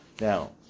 Now